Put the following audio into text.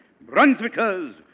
Brunswickers